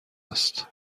است